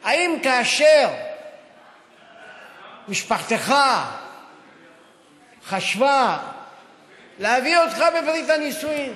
האם כאשר משפחתך חשבה להביא אותך בברית הנישואים,